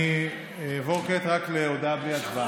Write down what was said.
אני אעבור כעת רק להודעה בלי הצבעה.